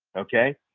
okay?